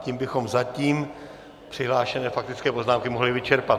Tím bychom zatím přihlášené faktické poznámky mohli vyčerpat.